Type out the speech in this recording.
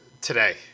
today